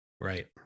Right